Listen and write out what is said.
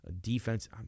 Defense